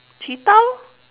cheetah lor